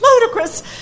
ludicrous